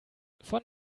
von